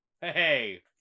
hey